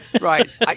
Right